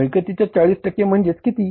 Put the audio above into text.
मिळकतीच्या 40 टक्के म्हणजे किती